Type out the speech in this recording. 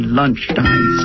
lunchtime